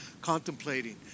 contemplating